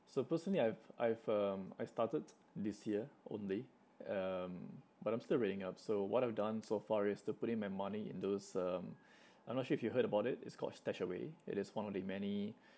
so personally I've I've um I started this year only um but I'm still reading up so what I've done so far is to put in my money in those um I'm not sure if you've heard about it it's called Stashaway it is one of the many